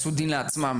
יעשו דין לעצמם.